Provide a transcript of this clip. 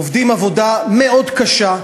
עובדים עבודה מאוד קשה,